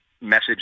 message